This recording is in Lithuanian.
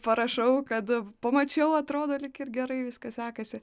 parašau kad pamačiau atrodo lyg ir gerai viskas sekasi